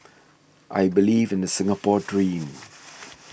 I believe in the Singapore dream